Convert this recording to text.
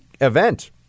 event